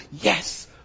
yes